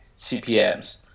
CPMS